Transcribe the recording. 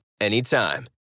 anytime